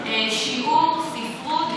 זה היה במסגרת שיעור ספרות,